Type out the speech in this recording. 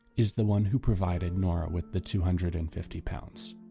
is the one who provided nora with the two hundred and fifty pounds.